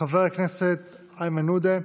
חבר הכנסת איימן עודה,